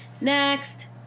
Next